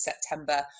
September